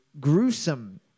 gruesome